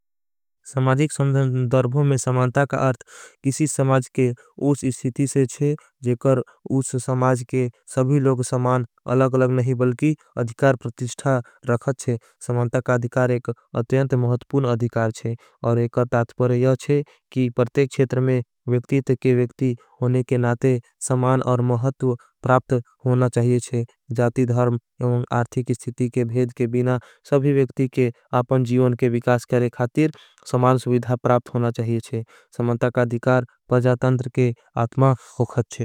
समाजिक सम्दर्भों में समानता का अर्थ किसी समाज के उस। इस्तिती से चे जेकर उस समाज के सभी लोग अलग अलग। नहीं बलकी अधिकार प्रतिष्ठा रखत चे समानता का अधिकार। एक अत्यांत महत्पून अधिकार छे और एक अर्थात पर यह छे। कि पर्तेक छेतर में विक्तित के विक्ति होने के नाते समान और। महत्व प्राप्त होना चाहिए छे जाती धर्म और आर्थीक स्थिती के। भेद के बिना सभी विक्ति के आपन जीवन के विकास करे। खातीर समान सुविधा प्राप्त होना चाहिए छे। समानता का अधिकार परजातन्तर के आत्मा होखत छे।